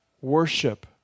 Worship